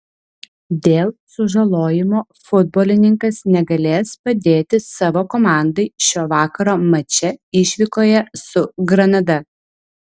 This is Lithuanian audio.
dėl sužalojimo futbolininkas negalės padėti savo komandai šio vakaro mače išvykoje su granada